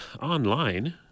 online